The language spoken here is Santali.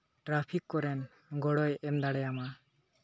ᱴᱨᱟᱯᱷᱤᱠ ᱠᱚᱨᱮᱫ ᱜᱚᱲᱚᱭ ᱮᱢ ᱫᱟᱲᱮᱭᱟᱢᱟ